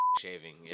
shaving